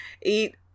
Eat